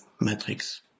matrix